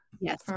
Yes